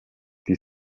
die